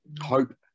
hope